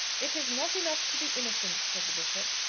it is not enough to be innocent, said the bishop,